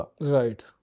Right